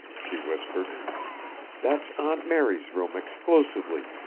she whispered that's aunt mary's room exclusively,